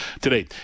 today